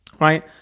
right